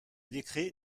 décret